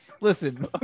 Listen